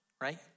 right